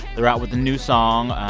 they're out with a new song.